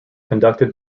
conducted